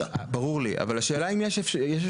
ברור לי אבל השאלה היא אם יש אפשרות.